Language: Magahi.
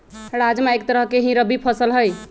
राजमा एक तरह के ही रबी फसल हई